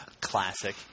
Classic